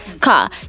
car